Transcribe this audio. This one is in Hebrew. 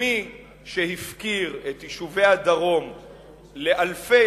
ומי שהפקיר את יישובי הדרום לאלפי,